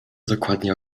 dokładnie